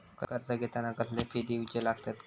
कर्ज घेताना कसले फी दिऊचे लागतत काय?